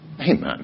Amen